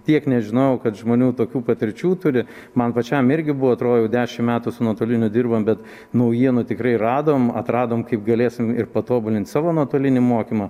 tiek nežinojau kad žmonių tokių patirčių turi man pačiam irgi buvo atrodo jau dešimt metų su nuotoliniu dirbam bet naujienų tikrai radom atradom kaip galėsim ir patobulint savo nuotolinį mokymą